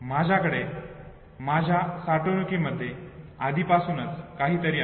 माझ्याकडे माझ्या साठवणुकीमध्ये आधीपासूनच काहीतरी आहे